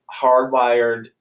hardwired